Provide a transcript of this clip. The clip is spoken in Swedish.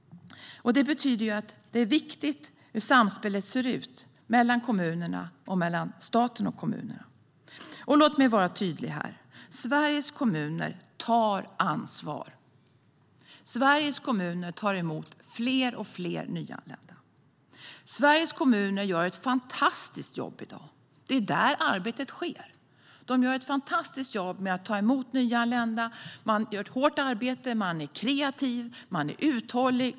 Det betyder att det är viktigt hur samspelet ser ut mellan kommunerna och mellan staten och kommunerna. Låt mig vara tydlig: Sveriges kommuner tar ansvar. Sveriges kommuner tar emot fler och fler nyanlända. Sveriges kommuner gör ett fantastiskt jobb i dag. Det är där arbetet sker. De gör ett fantastiskt jobb med att ta emot nyanlända. De gör ett hårt arbete. De är kreativa. De är uthålliga.